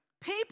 People